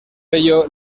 ello